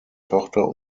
tochter